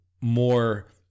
more